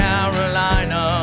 Carolina